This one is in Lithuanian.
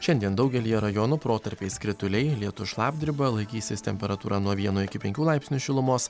šiandien daugelyje rajonų protarpiais krituliai lietus šlapdriba laikysis temperatūra nuo vieno iki penkių laipsnių šilumos